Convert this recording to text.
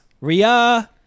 Ria